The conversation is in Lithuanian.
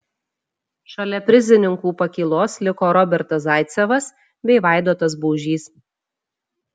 šalia prizininkų pakylos liko robertas zaicevas bei vaidotas baužys